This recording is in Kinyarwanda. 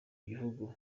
gihugu